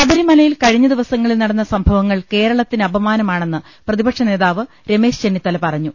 ശബരിമലയിൽ കഴിഞ്ഞ ദിവസങ്ങളിൽ നടന്ന സംഭവങ്ങൾ കേരളത്തിന് അപമാനമാണെന്ന് പ്രതിപക്ഷനേതാവ് രമേശ് ചെന്നി ത്തല പറഞ്ഞു